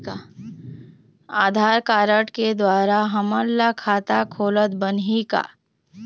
आधार card के द्वारा हमन ला खाता खोलत बनही का?